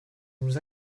nous